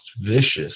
vicious